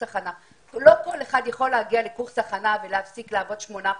ההכנה אבל לא כל אחד יכול להגיע לקורס הכנה ולהפסיק לעבוד שמונה חודשים,